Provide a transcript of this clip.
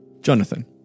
Jonathan